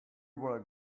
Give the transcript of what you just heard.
will